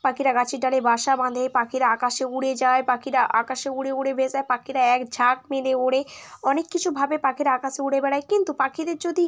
পাখিরা গাছের ডালে বাসা বাঁধে পাখিরা আকাশে উড়ে যায় পাখিরা আকাশে উড়ে উড়ে ভেসে পাখিরা এক ঝাঁক বেঁধে ওড়ে অনেক কিছুভাবে পাখিরা আকাশে উড়ে বেড়ায় কিন্তু পাখিদের যদি